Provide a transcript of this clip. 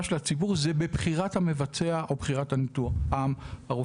של הציבור הוא בבחירת המבצע ובבחירת הרופא.